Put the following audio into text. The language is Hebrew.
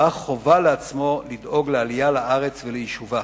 ראה חובה לעצמו לדאוג לעלייה לארץ וליישובה.